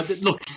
look